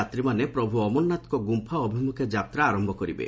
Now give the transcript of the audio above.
ଯାତ୍ରୀମାନେ ପ୍ରଭୁ ଅମରନାଥଙ୍କ ଗୁମ୍ଫା ଅଭିମୁଖେ ଯାତ୍ରା ଆରମ୍ଭ କରିବେ